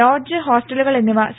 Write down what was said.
lodge ഹോസ്റ്റലുകൾ എന്നിവ C